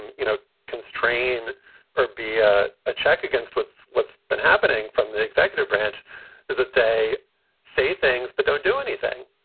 and you know, constrain or be a ah check against with what's been happening from the executive branch is that they say things but don't do anything.